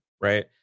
right